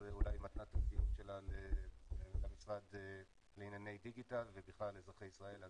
זו אולי מתנת הסיום שלה למשרד לענייני דיגיטל ובכלל לאזרחי ישראל.